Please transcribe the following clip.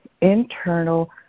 internal